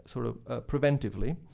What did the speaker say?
sort of preventively.